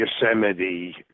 yosemite